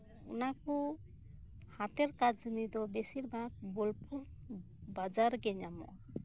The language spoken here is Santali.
ᱚᱱᱟᱠᱚ ᱦᱟᱛᱮᱨ ᱠᱟᱡ ᱱᱤᱛᱫᱚ ᱵᱮᱥᱤᱨ ᱵᱷᱟᱜ ᱵᱳᱞᱯᱩᱨ ᱵᱟᱡᱟᱨ ᱨᱮᱜᱮ ᱧᱟᱢᱚᱜᱼᱟ